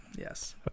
Yes